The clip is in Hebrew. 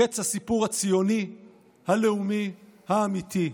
קץ הסיפור הציוני הלאומי האמיתי.